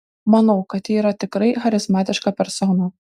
manau kad ji yra tikrai charizmatiška persona